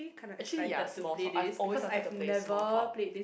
actually ya small talk I've always wanted to play small talk